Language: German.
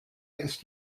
ist